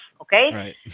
okay